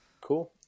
Cool